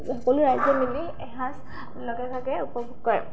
সকলো ৰাইজে মিলি এসাঁজ লগে ভাগে উপভোগ কৰে